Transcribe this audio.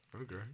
Okay